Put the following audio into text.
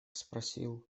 спросил